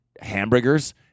hamburgers